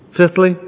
Fifthly